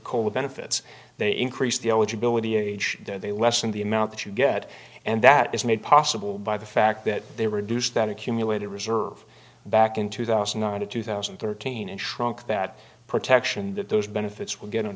cola benefits they increased the eligibility age they lessen the amount that you get and that is made possible by the fact that they reduced that accumulated reserve back in two thousand on to two thousand and thirteen and shrunk that protection that those benefits will get